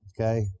okay